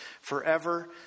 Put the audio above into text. forever